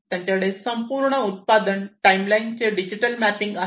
त्यांच्याकडे संपूर्ण उत्पादन टाइमलाइनचे डिजिटल मॅपिंग आहे